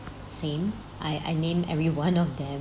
same I I named every one of them